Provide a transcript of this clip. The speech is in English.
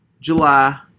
July